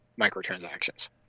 microtransactions